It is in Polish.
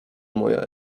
moja